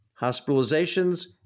hospitalizations